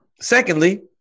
Secondly